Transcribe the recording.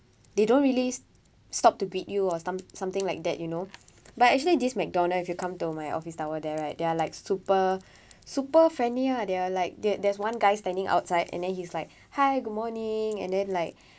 they don't really stop to beat you or some something like that you know but actually this McDonald's if you come to my office tower there right they are like super super friendly ah they are like there there's one guy standing outside and then he's like hi good morning and then like